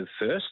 first